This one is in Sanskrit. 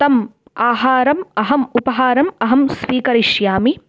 तम् आहारम् अहम् उपहारम् अहं स्वीकरिष्यामि